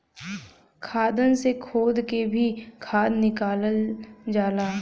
खदान से खोद के भी खाद निकालल जाला